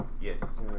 Yes